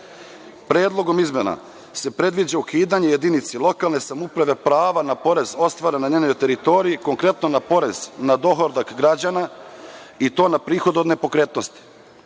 Predlogom izmena se predviđa ukidanje jedinici lokalne samouprave prava na porez ostvarena na njenoj teritoriji, konkretno na porez na dohodak građana i to na prihod od nepokretnosti. Naime,